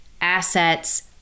assets